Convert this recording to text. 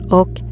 och